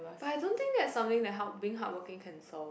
but I don't think that's something that how being hard working can solve